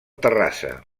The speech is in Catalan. terrassa